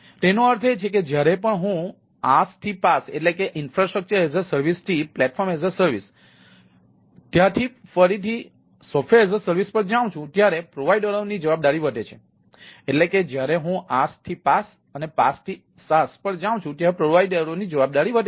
તેનો અર્થ એ છે કે જ્યારે પણ હું IaaS થી PaaS થી SaaS જાઉં છું ત્યારે પ્રોવાઇડરઓની જવાબદારી વધે છે